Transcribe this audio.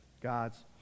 God's